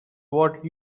what